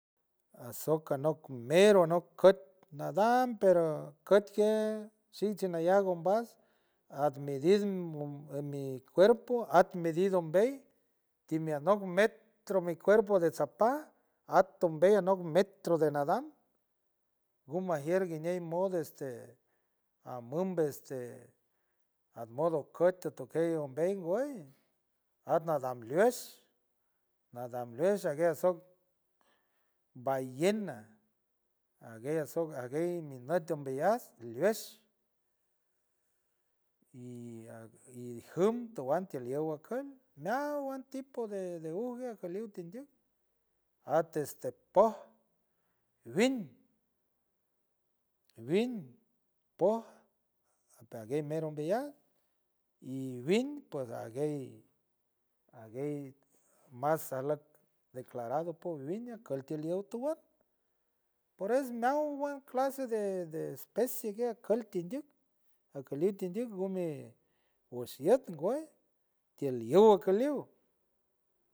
Asoc anoc cumero anoc coit nadam pero coit quien shi shi meeal conpas admidir mun mi cuerpo at me dido mbey time anoc met metro mi cuerpo de sapa atombey anoc metro mi cuerpo de nadam gumagier guiñe modo este amowbeste admodo koit totoquiet ambay woy atnadam gliesh, nada gliesh aguiasop ballena, aguey asow, aguey minut hombealleats tiyes, diujum tawan telew wakal neaw un tipo de ague aquiliw tindiuk, antes de pooh vin, pooh pague mero ombeayeats y vin pues aguey, aguey masalap declarado por viña cualquier lew tawan por eso nawalt clase de especie cotie ndk cotiu ndk alaqui ndk, gome woshied guey teal liu kuiulu baquiliw.